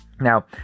Now